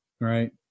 right